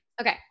Okay